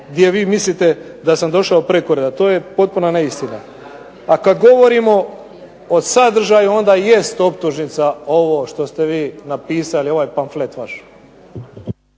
gdje vi mislite da sam došao preko reda. To je potpuna neistina. A kada govorimo o sadržaju onda jest ovo optužnica ovo što ste vi napisali ovaj pamflet vaš.